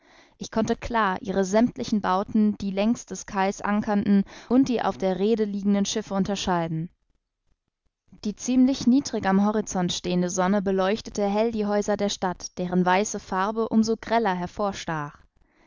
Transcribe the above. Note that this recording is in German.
ich konnte klar ihre sämmtlichen bauten die längs den quais ankernden und die auf der rhede liegenden schiffe unterscheiden die ziemlich niedrig am horizont stehende sonne beleuchtete hell die häuser der stadt deren weiße farbe um so greller